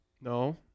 No